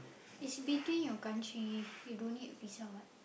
is between your country you don't need Visa what